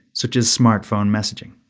such as smartphone messaging.